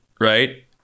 right